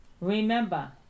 remember